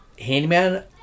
handyman